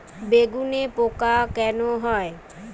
বেগুনে পোকা কেন হয়?